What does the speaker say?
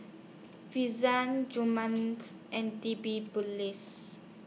Gurments and